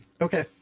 Okay